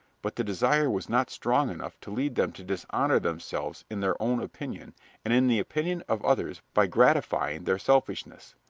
but the desire was not strong enough to lead them to dishonor themselves in their own opinion and in the opinion of others by gratifying their selfishness.